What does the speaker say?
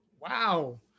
Wow